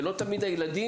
ולא תמיד הילדים,